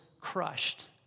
crushed